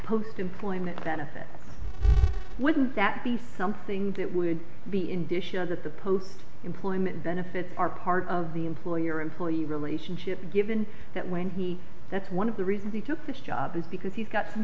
post employment benefits wouldn't that be something that would be in dishes at the post employment benefits are part of the employer employee relationship given that when he that's one of the reasons he took his job is because he's got some